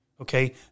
Okay